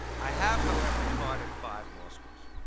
i have, however, taught at five law schools,